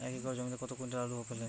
এক একর জমিতে কত কুইন্টাল আলু ফলে?